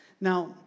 Now